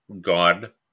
God